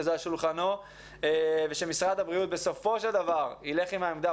שזה על שולחנו ושמשרד הבריאות בסופו של דבר ילך עם העמדה